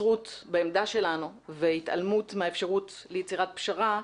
התבצרות בעמדה שלנו והתעלמות מהאפשרות ליצירת פשרה,